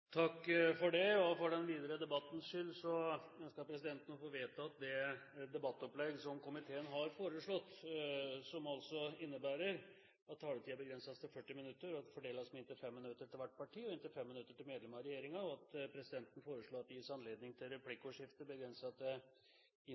For den videre debattens skyld ønsker presidenten å få vedtatt det debattopplegg som komiteen har foreslått. Det innebærer at debatten begrenses til 40 minutter og fordeles med inntil 5 minutter til hvert parti og inntil 5 minutter til medlem av regjeringen. Det foreslås videre at det gis anledning til replikkordskifte begrenset til